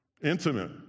intimate